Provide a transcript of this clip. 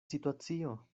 situacio